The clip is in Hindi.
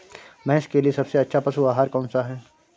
भैंस के लिए सबसे अच्छा पशु आहार कौन सा है?